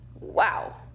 Wow